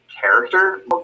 character